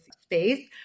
space